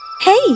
Hey